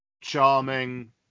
charming